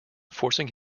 forcing